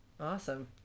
Awesome